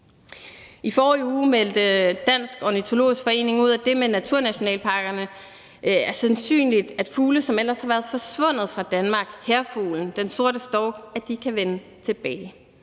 I forrige uge meldte Dansk Ornitologisk Forening ud, at det med naturnationalparkerne er sandsynligt at fugle, som ellers har været forsvundet fra Danmark – hærfuglen, den sorte stork – kan vende tilbage,